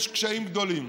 יש קשיים גדולים,